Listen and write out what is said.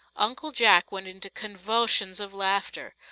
uncle jack went into convulsions of laughter.